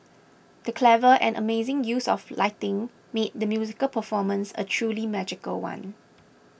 the clever and amazing use of lighting made the musical performance a truly magical one